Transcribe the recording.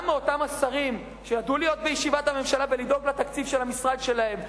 גם מאותם השרים שידעו להיות בישיבת הממשלה ולדאוג לתקציב של המשרד שלהם,